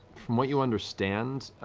from what you understand,